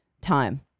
time